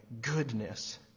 goodness